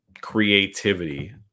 creativity